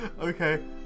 Okay